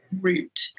route